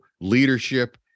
leadership